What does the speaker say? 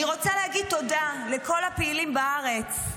אני רוצה להגיד תודה לכל הפעילים בארץ,